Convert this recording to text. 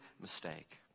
mistake